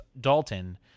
Dalton